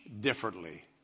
differently